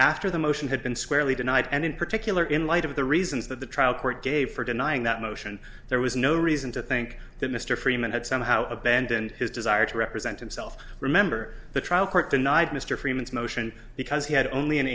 after the motion had been squarely denied and in particular in light of the reasons that the trial court gave for denying that motion there was no reason to think that mr freeman had somehow abandoned his desire to represent himself remember the trial court denied mr freeman's motion because he had only an